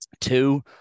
Two